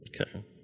Okay